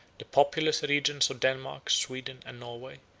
the populous regions of denmark, sweden, and norway,